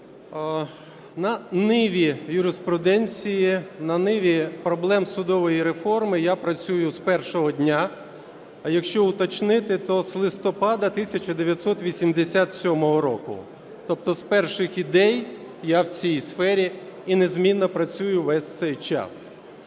На ниві юриспруденції, на ниві проблем судової реформи я працюю з першого дня, а якщо уточнити, то з листопада 1987 року, тобто з перших ідей я в цій сфері і незмінно працюю весь цей час.